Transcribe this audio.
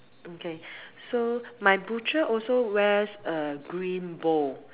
okay so my butcher also wears a green bow